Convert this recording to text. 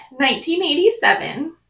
1987